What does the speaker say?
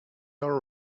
all